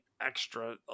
extra